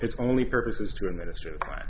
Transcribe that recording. its only purpose is to administer